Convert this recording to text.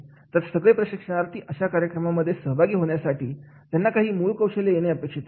तर सगळे प्रशिक्षणार्थी अशा कार्यक्रमांमध्ये सहभागी होण्यासाठी त्यांना काही मूळ कौशल्य येणे अपेक्षित असते